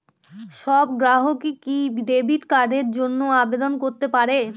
সব গ্রাহকই কি ডেবিট কার্ডের জন্য আবেদন করতে পারে?